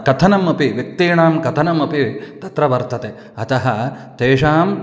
कथनमपि व्यक्तीनां कथनमपि तत्र वर्तते अतः तेषां